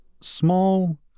small